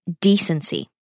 decency